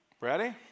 Ready